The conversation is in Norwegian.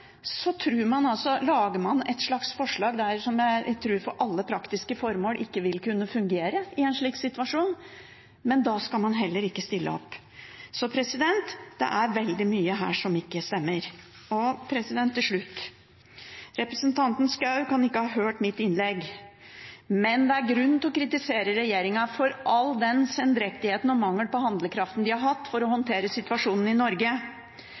lager man et slags forslag som jeg tror for alle praktiske formål ikke vil kunne fungere i en slik situasjon, men da skal man heller ikke stille opp. Så det er veldig mye her som ikke stemmer. Til slutt: Representanten Schou kan ikke ha hørt mitt innlegg. Men det er grunn til å kritisere regjeringen for all den sendrektigheten og mangelen på handlekraft som de har vist når det gjelder å håndtere situasjonen i Norge.